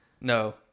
No